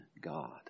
God